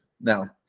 now